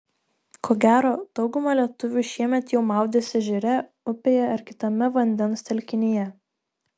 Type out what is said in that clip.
ko gero dauguma lietuvių šiemet jau maudėsi ežere upėje ar kitame vandens telkinyje